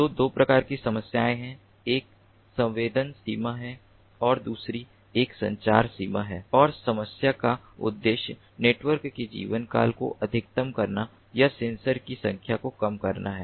तो दो प्रकार की सीमाएं हैं एक संवेदन सीमा है और दूसरी एक संचार सीमा है और समस्या का उद्देश्य नेटवर्क के जीवनकाल को अधिकतम करना या सेंसर की संख्या को कम करना है